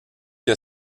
que